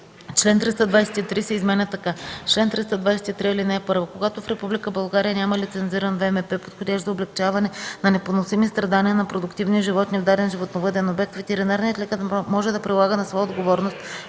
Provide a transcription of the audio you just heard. Член 323 се изменя така: „Чл. 323. (1) Когато в Република България няма лицензиран ВМП, подходящ за облекчаване на непоносими страдания на продуктивни животни в даден животновъден обект, ветеринарният лекар може да прилага на своя отговорност